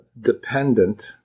dependent